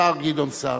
השר גדעון סער.